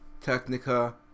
technica